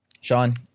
Sean